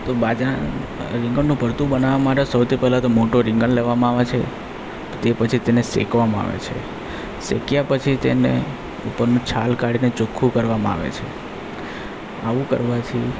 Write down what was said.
તો બાજરા રીંગણનું ભરતું બનાવા માટે સૌથી પેલા તો મોટો રીંગણ લેવામાં આવે છે તે પછી તેને શેકવામાં આવે છે શેકયા પછી તેને ઉપરની છાલ કાઢીને ચોક્ખું કરવામાં આવે છે આવું કરવાથી